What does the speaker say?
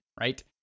right